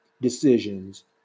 decisions